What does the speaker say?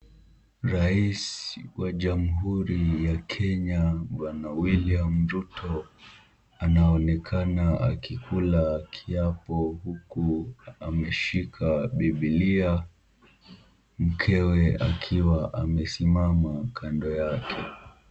Rais wa jamuhuri ya Kenya Bwana William Ruto anaonekana akikula kiapo huku ameshika bibilia, mkewe akiwa amesimama kando yake.